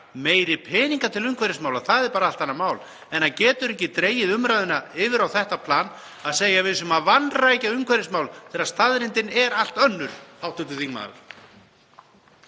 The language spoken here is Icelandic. meiri peninga til umhverfismála, það er bara allt annað mál, en hann getur ekki dregið umræðuna yfir á það plan að segja að við séum að vanrækja umhverfismál þegar staðreyndin er allt önnur, hv. þingmaður.